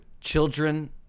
Children